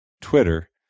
twitter